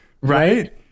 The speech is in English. Right